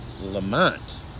Lamont